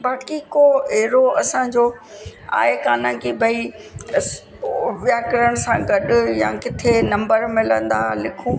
बाक़ी को अहिड़ो असांजो आहे कान के भई अस उहो व्याकरण सां गॾु या किथे नम्बर मिलंदा लिखूं